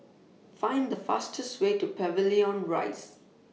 Find The fastest Way to Pavilion Rise